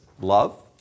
love